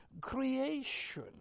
creation